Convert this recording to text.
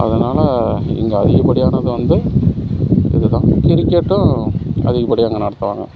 அதனால இங்கே அதிகப்படியானது வந்து இதுதான் கிரிக்கெட்டும் அதிகப்படியாக இங்கே நடத்துவாங்க